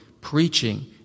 preaching